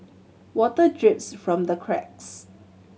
water drips from the cracks